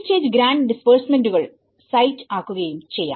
key stage grant ഡിസ്ബഴ്സമെന്റുകൾ set ആക്കുകയും ചെയ്യാം